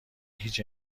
هیچ